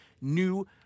new